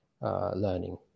learning